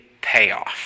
payoff